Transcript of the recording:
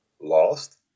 Lost